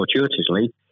fortuitously